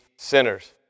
sinners